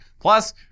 Plus